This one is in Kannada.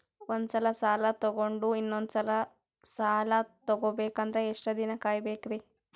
ಒಂದ್ಸಲ ಸಾಲ ತಗೊಂಡು ಇನ್ನೊಂದ್ ಸಲ ಸಾಲ ತಗೊಬೇಕಂದ್ರೆ ಎಷ್ಟ್ ದಿನ ಕಾಯ್ಬೇಕ್ರಿ?